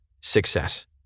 success